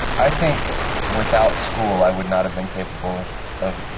i think without school, i would not have been capable of of